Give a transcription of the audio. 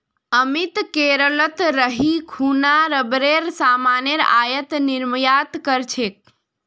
अमित केरलत रही खूना रबरेर सामानेर आयात निर्यात कर छेक